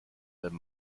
wenn